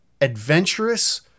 adventurous